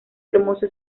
hermoso